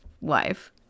wife